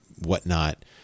whatnot